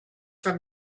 from